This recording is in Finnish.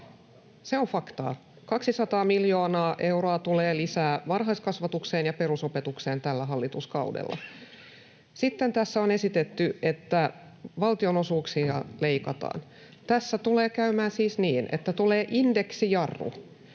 Se on faktaa. — 200 miljoonaa euroa tulee lisää varhaiskasvatukseen ja perusopetukseen tällä hallituskaudella. Sitten tässä on esitetty, että valtionosuuksia leikataan. Tässä tulee käymään siis niin, että tulee indeksijarru,